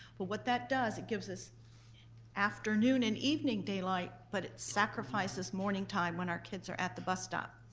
but what that does, it gives us afternoon and evening daylight but it sacrifices morning time when our kids are at the bus stop.